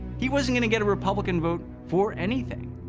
he wasn't going to get a republican vote for anything.